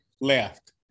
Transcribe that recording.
left